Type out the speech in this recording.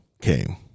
came